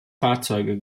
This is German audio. fahrzeuge